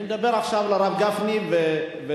אני מדבר עכשיו לרב גפני ולחרדים.